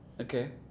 Okay